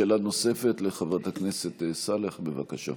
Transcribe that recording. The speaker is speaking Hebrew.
שאלה נוספת לחברת הכנסת סאלח, בבקשה.